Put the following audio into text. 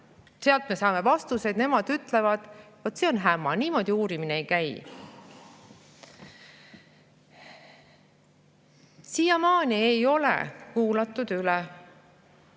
me saame vastused, nemad ütlevad – vot see on häma. Niimoodi uurimine ei käi. Siiamaani ei ole kuulatud üle